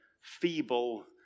feeble